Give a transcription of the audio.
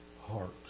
heart